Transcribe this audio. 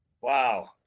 Wow